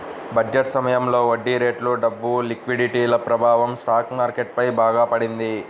budget సమయంలో వడ్డీరేట్లు, డబ్బు లిక్విడిటీల ప్రభావం స్టాక్ మార్కెట్ పై బాగా పడింది